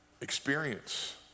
Experience